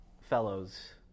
Fellows